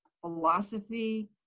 philosophy